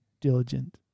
diligent